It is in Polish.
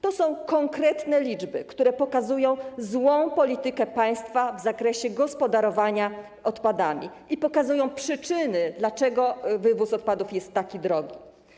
To są konkretne liczby, które pokazują złą politykę państwa w zakresie gospodarowania odpadami i pokazują przyczyny tego, że wywóz odpadów jest taki drogi.